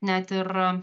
net ir